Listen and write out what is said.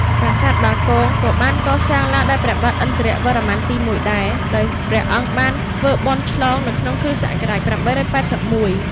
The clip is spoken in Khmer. ប្រាសាទបាគង ក៏បានកសាងឡើងដោយព្រះបាទឥន្ទ្រវរ្ម័នទី ១ ដែរ ដោយព្រះអង្គបានធ្វើបុណ្យឆ្លងនៅក្នុងគ្រិស្តសករាជ ៨៨១ ។